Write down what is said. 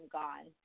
gone